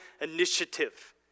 initiative